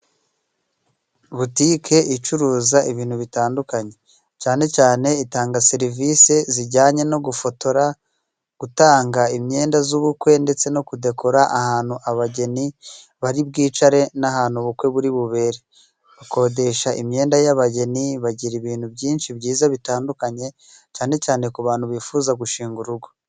Butike icuruza ibintu bitandukanye. Cyane cyane itanga serivisi zijyanye no gufotora, gutanga imyenda z'ubukwe, ndetse no kudekora ahantu abageni bari bwicare, n'ahantu ubukwe buri bubere. Bakodesha imyenda y'abageni, bagira ibintu byinshi byiza bitandukanye cyane cyane ku bantu bifuza gushinga urugo.